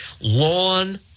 Lawn